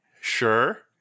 Sure